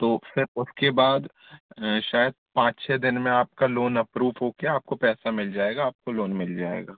तो फिर उसके बाद शायद पाँच छः दिन में आपका लोन अप्रूव होके आपकाे पैसा मिल जाएगा आपको लोन मिल जाएगा